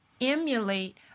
emulate